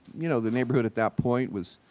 you know, the neighborhood at that point was